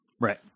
Right